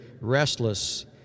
restless